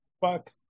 fuck